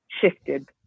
shifted